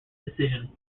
decision